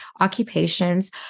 occupations